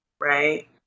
right